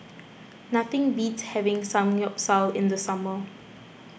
nothing beats having Samgeyopsal in the summer